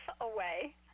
away